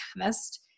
chemist